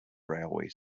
railway